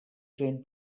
trained